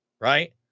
right